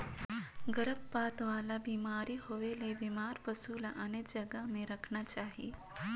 गरभपात वाला बेमारी होयले बेमार पसु ल आने जघा में रखना चाही